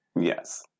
Yes